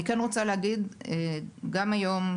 אני כן רוצה להגיד: גם היום,